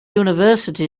university